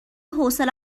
حوصله